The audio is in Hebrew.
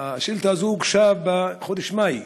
השאילתה הזאת הוגשה בחודש מאי,